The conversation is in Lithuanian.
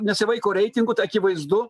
nesivaiko reitingų tai akivaizdu